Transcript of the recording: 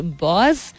boss